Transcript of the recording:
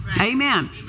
Amen